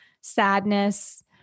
sadness